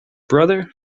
brother